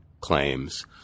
claims